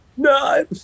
No